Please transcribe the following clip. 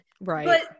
right